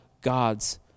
God's